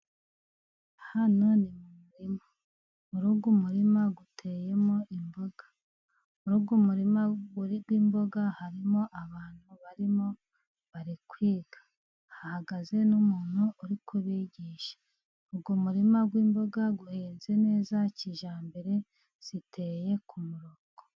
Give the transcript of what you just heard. Hano ni mu murima muri uyu murima hateyemo imboga, muri uyu murima uri rw'imboga harimo abantu barimo bari kwiga hahagaze n'umuntu uri kubigisha. Uwo murima w'imboga uhinze neza kijyambere ziteye ku murongo.